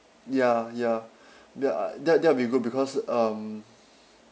ya ya ya that that will be good because um